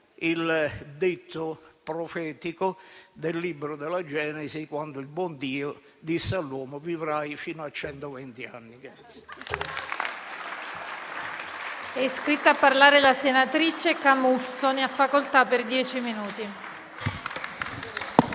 il detto profetico del Libro della Genesi, quando il buon Dio disse all'uomo: Vivrai fino a centoventi